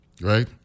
Right